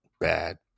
bad